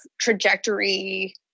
trajectory